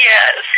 Yes